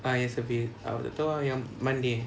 ah yes a bit tak tahu ah yang monday